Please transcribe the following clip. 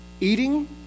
Eating